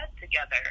together